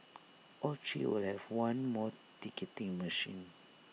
all three will have one more ticketing machine